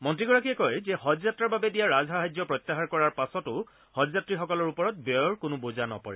মন্ত্ৰীগৰাকীয়ে কয় যে হজযাত্ৰাৰ বাবে দিয়া ৰাজসাহায্য প্ৰত্যাহাৰ কৰাৰ পাছতো হজযাত্ৰীসকলৰ ওপৰত ব্যয়ৰ কোনো বোজা নপৰে